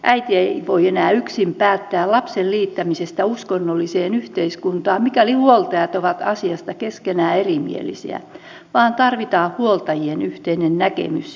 äiti ei voi enää yksin päättää lapsen liittämisestä uskonnolliseen yhdyskuntaan mikäli huoltajat ovat asiasta keskenään erimielisiä vaan tarvitaan huoltajien yhteinen näkemys